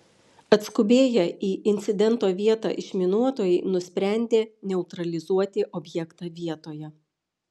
atskubėję į incidento vietą išminuotojai nusprendė neutralizuoti objektą vietoje